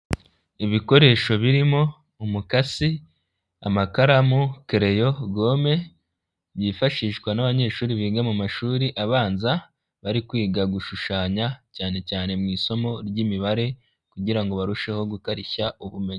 lbikoresho birimo umukasi, amakaramu ,kereyo ,gome, byifashishwa n'abanyeshuri biga mu mashuri abanza bari kwiga gushushanya, cyane cyane mu isomo ry'imibare, kugira ngo barusheho gukarishya ubumenyi.